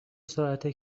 ساعته